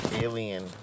alien